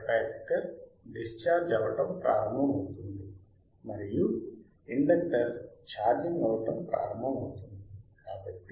capacitor discharge అవ్వటం ప్రారంభమవుతుంది మరియు ఇండక్టర్ ఛార్జింగ్ అవ్వటం ప్రారంభమవుతుంది